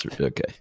Okay